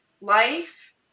life